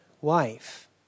wife